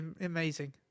amazing